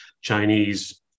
Chinese